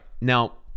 Now